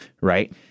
Right